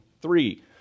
Three